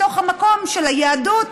מתוך המקום של היהדות,